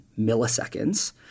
milliseconds